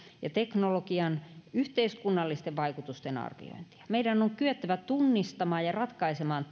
ja teknologian yhteiskunnallisten vaikutusten arviointia meidän on kyettävä tunnistamaan ja ratkaisemaan